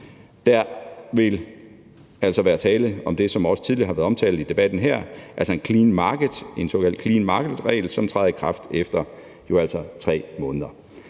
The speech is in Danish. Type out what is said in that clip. Der vil altså være tale om det, der tidligere har været omtalt i debatten her, altså en såkaldt clean market-regel, som træder i kraft efter 3 måneder.